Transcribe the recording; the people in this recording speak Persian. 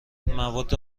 مواد